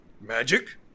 Magic